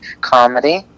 Comedy